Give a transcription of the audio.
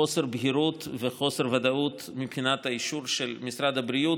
חוסר בהירות וחוסר ודאות מבחינת האישור של משרד הבריאות,